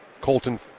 Colton